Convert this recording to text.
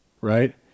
Right